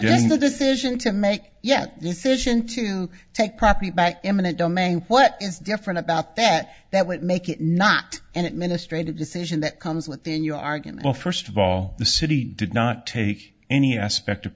doing the decision to make yet decision to take property back eminent domain what is different about that that would make it not an administrative decision that comes within your argument well first of all the city did not take any aspect of